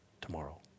tomorrow